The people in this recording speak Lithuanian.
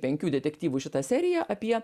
penkių detektyvų šita serija apie